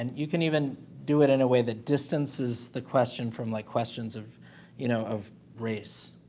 and you can even do it in a way that distances the question from like questions of you know of race,